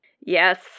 Yes